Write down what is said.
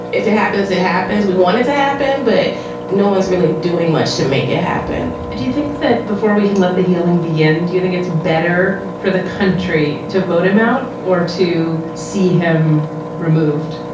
if it happens, it happens. we want it to happen. but no one's really doing much to make it happen do you think that before we can let the healing begin, do you think it's better for the country to vote him out or to see him removed?